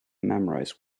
memorize